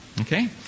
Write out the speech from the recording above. Okay